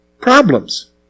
Problems